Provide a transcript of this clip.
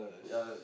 yeah yeah